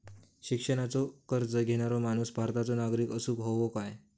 शिक्षणाचो कर्ज घेणारो माणूस भारताचो नागरिक असूक हवो काय?